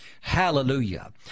Hallelujah